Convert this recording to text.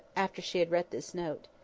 after she had read this note.